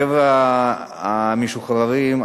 החבר'ה המשוחררים,